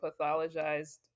pathologized